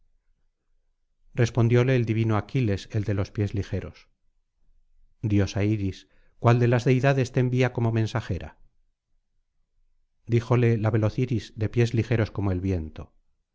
respondióle el divino aquiles el de los pies ligeros diosa iris cuál de las deidades te envía como mensajera díjole la veloz iris de pies ligeros como el viento